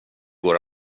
går